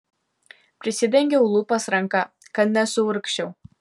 prisidengiau lūpas ranka kad nesuurgzčiau